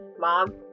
mom